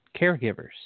caregivers